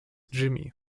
jimmy